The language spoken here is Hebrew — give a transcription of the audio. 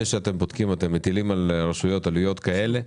שאתם בודקים אתם מטילים על הרשויות עלויות כאלה,